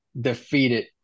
defeated